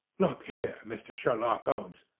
look here, mr. sherlock holmes,